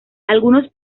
algunos